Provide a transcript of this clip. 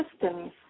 systems